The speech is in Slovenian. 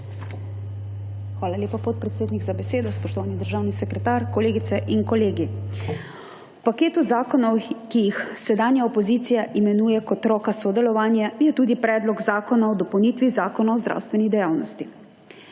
Hvala lepa podpredsednik za besedo. Spoštovani državni sekretar, kolegice in kolegi! V paketu zakonov, ki jih sedanja opozicija imenuje kot roka sodelovanja, je tudi Predlog zakona o dopolnitvi Zakona o zdravstveni dejavnosti.